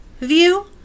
view